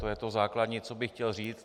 To je to základní, co bych chtěl říct.